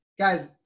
Guys